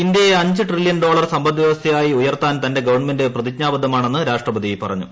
ഇന്ത്യയെ അഞ്ച് trillion dollar സമ്പദ്വ്യവസ്ഥയായി ഉയർത്താൻ തന്റെ ഗവൺമെന്റ് പ്രതിജ്ഞാബദ്ധമാണെന്ന് രാഷ്ട്രപതി പറഞ്ഞു